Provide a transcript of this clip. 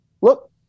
look